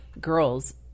girls